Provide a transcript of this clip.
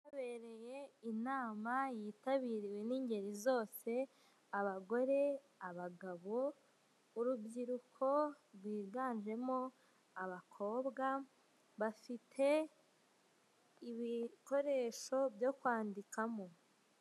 Ahabereye inama yitabiriwe n'ingeri zose, abagore, abagabo, urubyiruko rwiganjemo abakobwa, bafite ibikoresho byo kwandikamo.